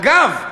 אגב,